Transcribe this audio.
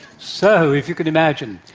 so, if you can imagine,